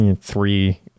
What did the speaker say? three